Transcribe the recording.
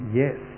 yes